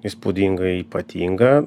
įspūdingai ypatinga